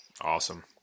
Awesome